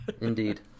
Indeed